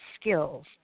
skills